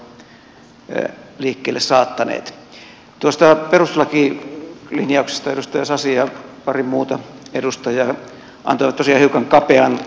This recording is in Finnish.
tuosta perustuslakilinjauksesta edustaja sasi ja pari muuta edustajaa antoivat tosiaan hiukan kapean kuvan